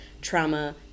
trauma